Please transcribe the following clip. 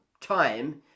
time